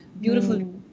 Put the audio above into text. beautiful